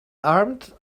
armed